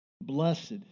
Blessed